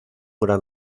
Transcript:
gran